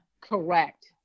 correct